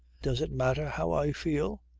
does it matter how i feel?